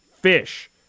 fish